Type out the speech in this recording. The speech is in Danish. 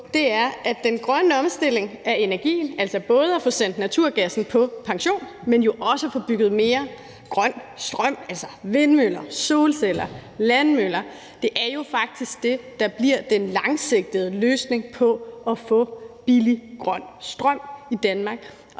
på, er, at den grønne omstilling af energien, altså både at få sendt naturgassen på pension, men også at få bygget mere grøn strøm, altså vindmøller, solceller, landmøller, jo faktisk er det, der bliver den langsigtede løsning på at få billig grøn strøm i Danmark,